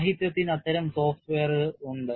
സാഹിത്യത്തിന് അത്തരം സോഫ്റ്റ്വെയർ ഉണ്ട്